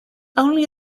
only